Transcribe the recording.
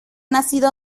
nacido